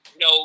No